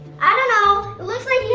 i don't know,